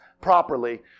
properly